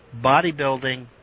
bodybuilding